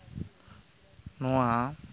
ᱱᱚᱣᱟ